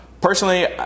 Personally